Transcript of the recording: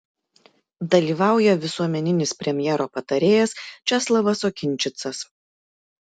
dalyvauja visuomeninis premjero patarėjas česlavas okinčicas